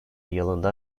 yılında